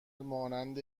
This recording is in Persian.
مانند